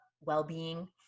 well-being